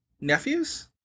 nephews